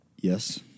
Yes